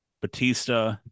Batista